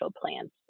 plans